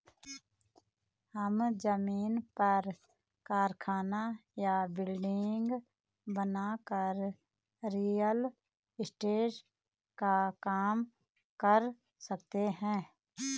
हम जमीन पर कारखाना या बिल्डिंग बनाकर रियल एस्टेट का काम कर सकते है